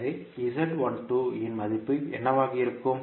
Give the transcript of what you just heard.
எனவே Z12 இன் மதிப்பு என்னவாக இருக்கும்